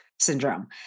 syndrome